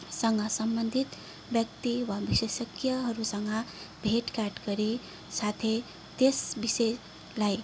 सँग सम्बन्धित व्यक्ति वा विशेषज्ञहरूसँग भेटघाट गरी साथै त्यस विषयलाई